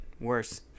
worse